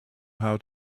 how